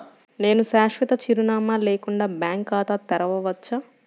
నేను శాశ్వత చిరునామా లేకుండా బ్యాంక్ ఖాతా తెరవచ్చా?